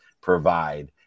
provide